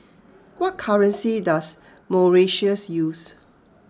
what currency does Mauritius use